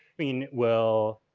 i mean, well,